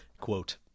Quote